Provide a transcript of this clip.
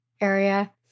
area